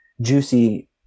juicy